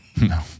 No